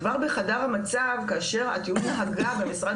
כבר בחדר המצב כאשר הטיעון אגב במשרד